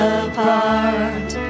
apart